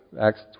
Acts